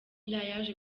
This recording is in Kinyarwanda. yaje